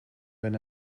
wenn